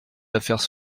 affaires